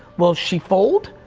will she fold?